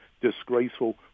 disgraceful